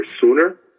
sooner